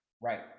Right